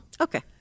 Okay